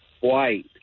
white